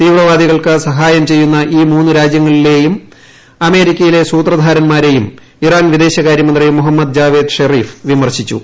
തീവ്രവാദി കൾക്ക് സഹായം ചെയ്യുന്ന ഈ മൂന്നുരാജ്യങ്ങളുടെയും അമേരിക്കയിലെ സൂത്രധാരൻമാരേയും ഇറാൻ വിദേശകാര്യ മന്ത്രി മൊഹമ്മദ് ജാവേദ് ഷെറീഫ് വിമർശിച്ചു